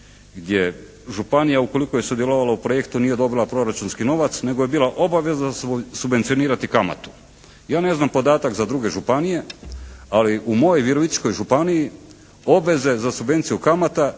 gdje županija ukoliko je sudjelovala u projektu nije dobila proračunski novac nego je bila obavezna subvencionirati kamatu. Ja ne znam podataka za druge županije, ali u mojoj Virovitičkoj županiji obveze za subvenciju kamata